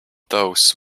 those